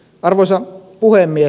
arvoisa puhemies